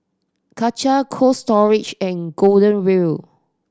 Karcher Cold Storage and Golden Wheel